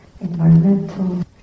environmental